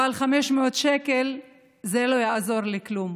אבל 500 שקלים לא יעזרו לכלום.